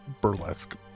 burlesque